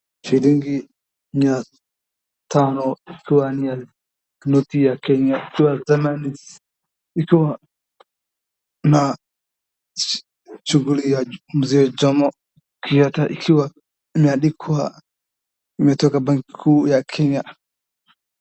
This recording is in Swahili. Shilingi mia tano ikiwa ni noti ya Kenya, ikiwa zamani ikiwa na shughuli ya mzee Jomo Kenyatta .Ikiwa imeandikwa imetoka bank ya Kenya.